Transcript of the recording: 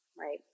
right